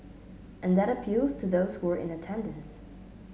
and that appeals to those who were in attendance